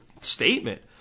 statement